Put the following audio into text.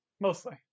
mostly